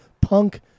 punk